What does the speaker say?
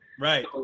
Right